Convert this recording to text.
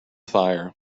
fire